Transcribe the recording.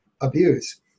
abuse